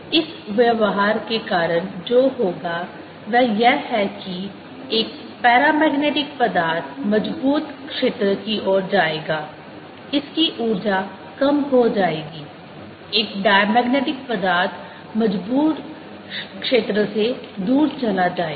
इस व्यवहार के कारण जो होगा वह यह है कि एक पैरामैग्नेटिक पदार्थ मजबूत क्षेत्र की ओर जाएगा इसकी ऊर्जा कम हो जाएगी एक डायमैगनेटिक पदार्थ मजबूत क्षेत्र से दूर चला जाएगा